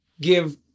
give